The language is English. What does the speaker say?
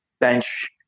bench